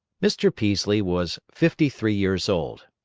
mr. peaslee was fifty-three years old.